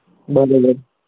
બરોબર